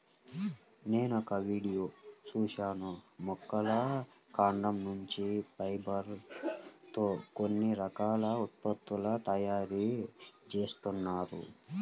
నేనొక వీడియో చూశాను మొక్కల కాండం నుంచి ఫైబర్ తో కొన్ని రకాల ఉత్పత్తుల తయారీ జేత్తన్నారు